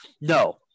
No